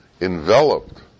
enveloped